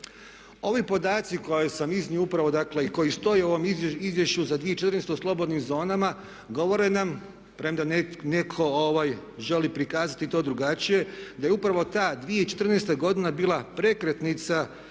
upravo i koji stoje u ovom Izvješću za 2014. o slobodnim zonama govore nam, premda netko želi prikazati to drugačije, da je upravo ta 2014. godina bila prekretnica za